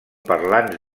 parlants